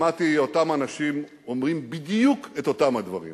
שמעתי אותם אנשים אומרים בדיוק את אותם הדברים